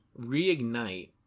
Reignite